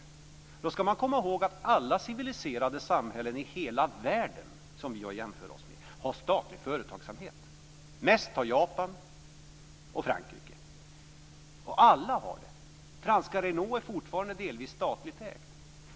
Man ska då komma ihåg att alla civiliserade samhällen i hela världen, som vi har att jämföra oss med, har statlig företagsamhet, mest i Japan och Frankrike. Alla har det. Franska Renault är fortfarande delvis statligt ägt.